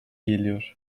geliyor